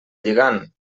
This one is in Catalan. lligant